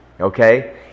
Okay